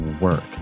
work